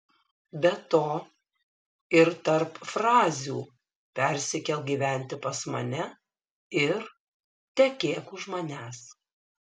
be to ir tarp frazių persikelk gyventi pas mane ir tekėk už manęs